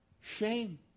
shame